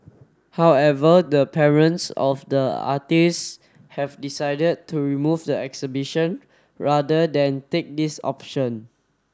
however the parents of the artists have decided to remove the exhibition rather than take this option